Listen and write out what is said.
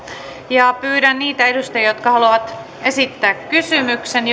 pyydän niitä edustajia jotka haluavat esittää kysymyksen